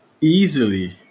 easily